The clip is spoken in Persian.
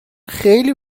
خیلی